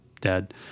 dad